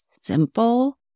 simple